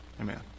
Amen